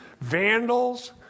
vandals